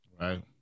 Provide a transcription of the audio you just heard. right